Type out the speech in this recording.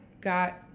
got